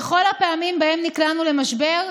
בכל הפעמים שבהן נקלענו למשבר,